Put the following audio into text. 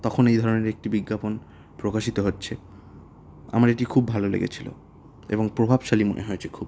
তখন এই ধরনের একটি বিজ্ঞাপন প্রকাশিত হচ্ছে আমার এটি খুব ভালো লেগেছিলো এবং প্রভাবশালী মনে হয়েছে খুব